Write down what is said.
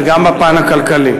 וגם בפן הכלכלי,